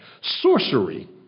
Sorcery